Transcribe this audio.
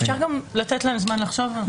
אפשר לתת לנו זמן לחשוב?